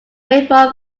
rainfall